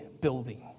building